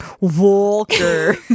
Walker